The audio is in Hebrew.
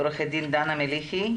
עו"ד דנה מליחי,